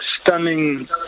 stunning